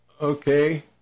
Okay